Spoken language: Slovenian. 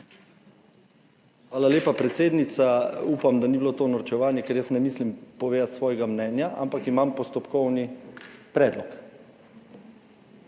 Hvala lepa, predsednica. Upam, da ni bilo to norčevanje, ker jaz ne mislim povedati svojega mnenja, ampak imam postopkovni predlog.